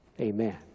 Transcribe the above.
Amen